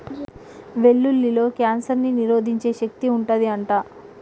వెల్లుల్లిలో కాన్సర్ ని నిరోధించే శక్తి వుంటది అంట